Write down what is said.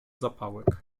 zapałek